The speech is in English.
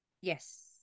Yes